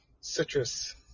citrus